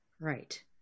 Right